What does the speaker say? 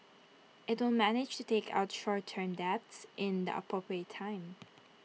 IT will manage to take out short term debts in the appropriate time